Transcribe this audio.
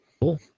Cool